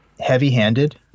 heavy-handed